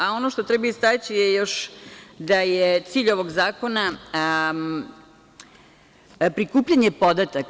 A ono što treba istaći je još da je cilj ovog zakona prikupljanje podataka.